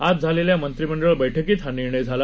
आज झालेल्या मंत्रिमंडळ बैठकीत हा निर्णय झाला